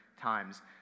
times